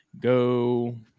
Go